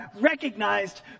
recognized